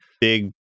big